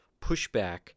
pushback